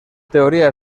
teoría